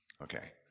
Okay